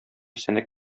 сәнәк